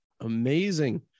Amazing